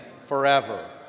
forever